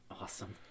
awesome